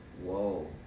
Whoa